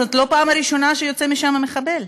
אבל זאת לא הפעם הראשונה שיוצא משם מחבל.